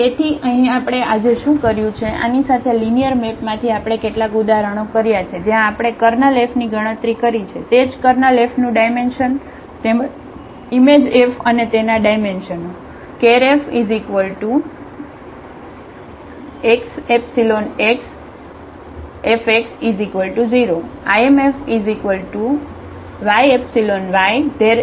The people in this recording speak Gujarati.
તેથી અહીં આપણે આજે શું કર્યું છે આની સાથે લિનિયર મેપમાંથી આપણે કેટલાક ઉદાહરણો કર્યા છે જ્યાં આપણે કર્નલ Fની ગણતરી કરી છે તે જ કર્નલ Fનું ડાયમેન્શન તેમજ ઇમેજ F અને તેના ડાયમેન્શનો